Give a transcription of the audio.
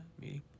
Meeting